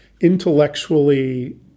intellectually